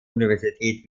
universität